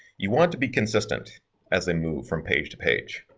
you want to be consistent as they move from page to page.